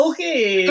Okay